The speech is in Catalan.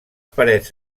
parets